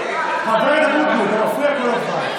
חבר הכנסת אבוטבול, אתה מפריע כל הזמן.